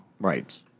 Right